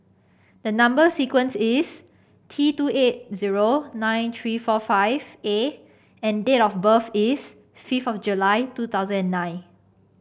the number sequence is T two eight zero nine three four five A and date of birth is fifth of July two thousand and nine